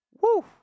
Woo